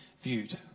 viewed